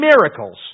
miracles